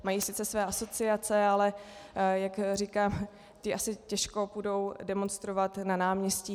Mají sice své asociace, ale jak říkám, ti asi těžko půjdou demonstrovat na náměstí.